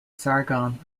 sargon